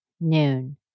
noon